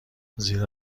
زیرا